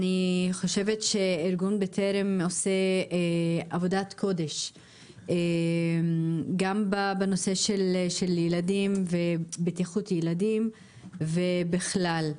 ארגון בטרם עושה עבודת קודש בנושא של בטיחות ילדים ובכלל.